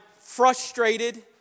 frustrated